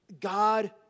god